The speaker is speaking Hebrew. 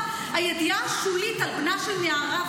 הידיעה השולית על בנה של מיארה,